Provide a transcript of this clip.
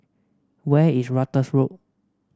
where is Ratus Road